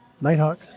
Nighthawk